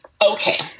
Okay